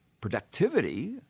productivity